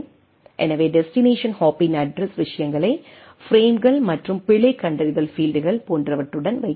எனவே டெஸ்டினேஷன் ஹாப்பின் அட்ரஸ் விஷயங்களை பிரேம்கள் மற்றும் பிழை கண்டறிதல் பீல்டுகள் போன்றவற்றுடன் வைக்க வேண்டும்